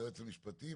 היועץ המשפטי,